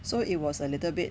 so it was a little bit